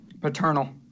Paternal